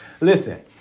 Listen